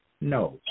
No